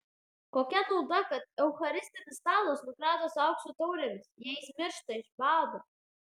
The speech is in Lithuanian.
kokia nauda kad eucharistinis stalas nukrautas aukso taurėmis jei jis miršta iš bado